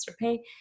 pay